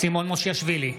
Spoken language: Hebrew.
סימון מושיאשוילי,